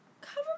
Cover